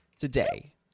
Today